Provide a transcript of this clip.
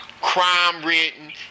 crime-ridden